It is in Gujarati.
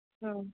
હા